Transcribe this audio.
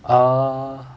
err